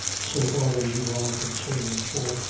so far as you are concerned for,